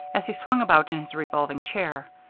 as he swung about in his revolving chair.